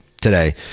today